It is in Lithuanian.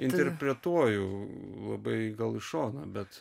interpretuoju labai gal į šoną bet